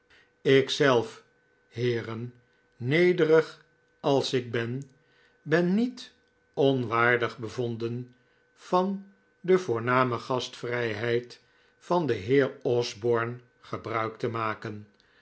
zelf heercn nederig als ik ben ben niet onwaardig bevonden van de voorname gastvrijheid van den heer osborne gebruik te maken